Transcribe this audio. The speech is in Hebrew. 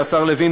השר לוין,